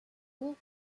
cour